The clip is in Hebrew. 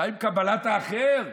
מה עם קבלת האחר?